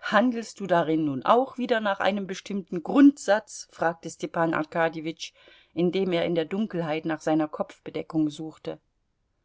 handelst du darin nun auch wieder nach einem bestimmten grundsatz fragte stepan arkadjewitsch indem er in der dunkelheit nach seiner kopfbedeckung suchte